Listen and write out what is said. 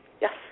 Yes